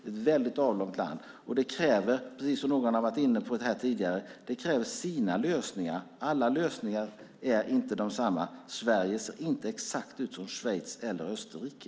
Det kräver sina lösningar, precis som någon var inne på tidigare. Alla lösningar är inte desamma. Sverige ser inte exakt ut som Schweiz eller Österrike.